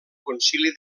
concili